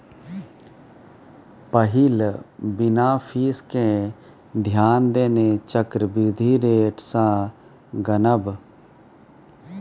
पहिल बिना फीस केँ ध्यान देने चक्रबृद्धि रेट सँ गनब